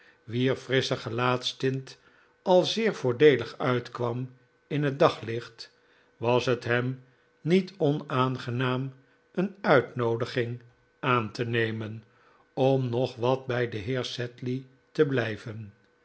wier frissche gelaatstint al zeer voordeelig uitkwam in het daglicht was het hem niet onaangenaam een uitnoodiging aan te nemen om nog wat bij den heer sedley te blijven